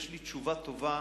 יש לי תשובה טובה